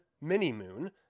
mini-moon